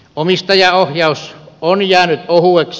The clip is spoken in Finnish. omistajaohjaus on jäänyt ohueksi